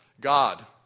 God